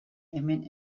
hemen